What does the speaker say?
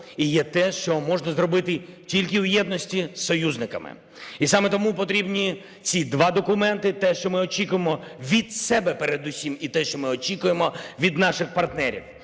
і є те, що можна зробити тільки в єдності із союзниками. І саме тому потрібні ці два документи – те, що ми очікуємо від себе передусім, і те, що ми очікуємо від наших партнерів.